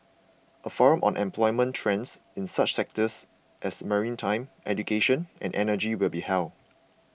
a forum on employment trends in such sectors as maritime education and energy will be held